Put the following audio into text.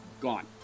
gone